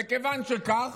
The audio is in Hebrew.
וכיוון שכך,